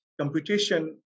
computation